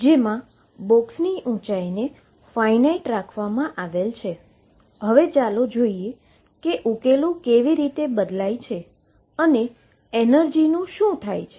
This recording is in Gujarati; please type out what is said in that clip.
જેમાં બોક્સની ઉંચાઈને ફાઈનાઈટ રાખવામાં આવેલ છે અને ચાલો જોઈએ કે ઉકેલો કેવી રીતે બદલાય છે અને એનર્જીનું શું થાય છે